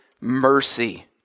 Mercy